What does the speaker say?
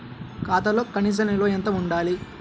ఖాతాలో కనీస నిల్వ ఎంత ఉండాలి?